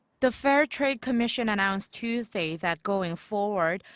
the fair trade commission announced tuesday that going forward.